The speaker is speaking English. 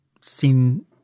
seen